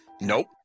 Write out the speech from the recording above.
Nope